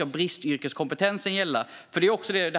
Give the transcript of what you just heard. och bristyrkeskompetensen ska väga.